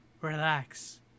relax